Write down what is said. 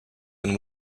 and